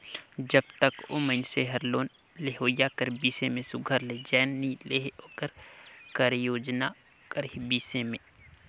जब तक ओ मइनसे हर लोन लेहोइया कर बिसे में सुग्घर ले जाएन नी लेहे ओकर कारयोजना कर बिसे में